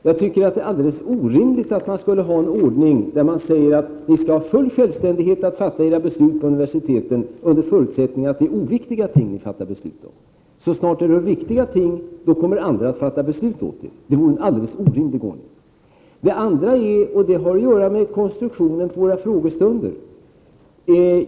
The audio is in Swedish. Jag tycker att det är alldeles orimligt att ha en ordning där vi säger att ni skall ha full självständighet att fatta era beslut i universiteten under förutsättning att det är oviktiga ting ni fattar beslut om. Så snart det rör sig om viktiga ting kommer andra att fatta beslut åt er. Det vore en helt orimlig ordning. Det andra har att göra med konstruktionen på riksdagens frågestunder.